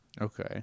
Okay